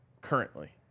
currently